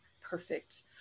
perfect